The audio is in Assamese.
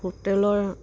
হোটেলৰ